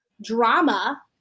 drama